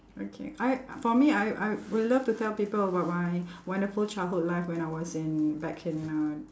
okay I for me I I will love to tell people about my wonderful childhood life when I was in back in uh